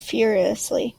furiously